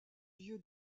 lieu